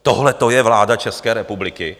Tohleto je vláda České republiky?